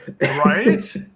right